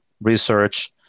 research